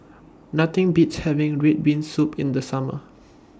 Nothing Beats having Red Bean Soup in The Summer